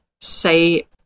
say